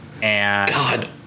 God